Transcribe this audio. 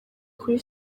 kuri